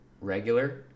regular